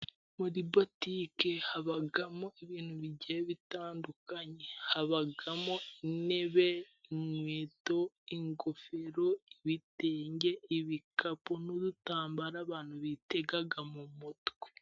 Muri botike habamo ibintu bigiye bitandukanye habamo intebe, inkweto, ingofero, ibitenge, ibikapu n'udutambara abantu bitega mu mutwe.